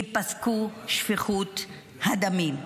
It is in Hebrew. תיפסק שפיכות הדמים.